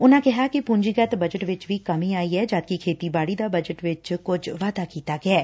ਉਨਾਂ ਕਿਹਾ ਕਿ ਪੁੰਜੀਗਤ ਬਜਟ ਵਿਚ ਵੀ ਕਮੀ ਆਈ ਐ ਜਦਕਿ ਖੇਤੀਬਾੜੀ ਦਾ ਬਜਟ ਵਿਚ ਕੁਝ ਵਾਧਾ ਕੀਤਾ ਗਿਐ